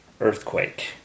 earthquake